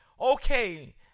Okay